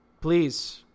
please